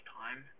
time